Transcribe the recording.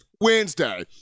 Wednesday